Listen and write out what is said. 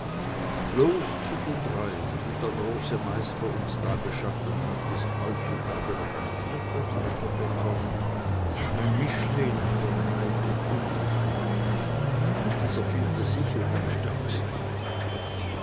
bloß zu den dreien die der große meister uns da geschaffen hat ist heutzutage noch ein vierter reiter gekommen ein mischling von neid und ungeschmack und dieser vierte sichelt am stärksten